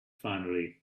finally